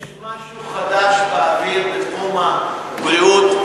יש משהו חדש באוויר בתחום הבריאות.